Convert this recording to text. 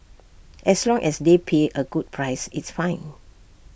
as long as they pay A good price it's fine